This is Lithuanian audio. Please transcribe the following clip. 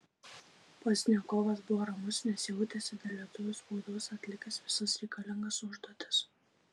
pozdniakovas buvo ramus nes jautėsi dėl lietuvių spaudos atlikęs visas reikalingas užduotis